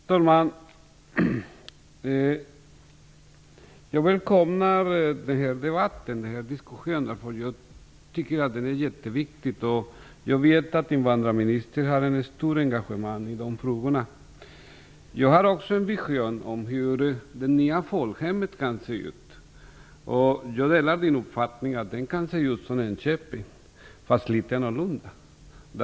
Herr talman! Jag välkomnar den har debatten och diskussionen. Jag tycker att den är jätteviktig, och jag vet att invandrarministern har ett stort engagemang i dessa frågor. Jag har också en vision av hur det nya folkhemmet kan se ut, och jag delar invandrarministerns uppfattning att det kan se ut som Enköping, fast litet annorlunda.